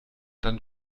dann